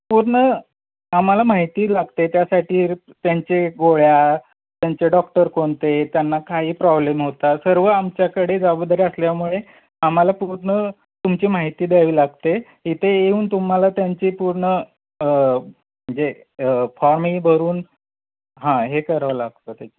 पूर्ण आम्हाला माहिती लागते त्यासाठी त्यांचे गोळ्या त्यांचे डॉक्टर कोणते त्यांना काही प्रॉब्लेम होता सर्व आमच्याकडे जबाबदारी असल्यामुळे आम्हाला पूर्ण तुमची माहिती द्यावी लागते इथे येऊन तुम्हाला त्यांची पूर्ण म्हणजे फॉर्मही भरून हां हे करावं लागतं त्याच्यामध्ये